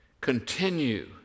continue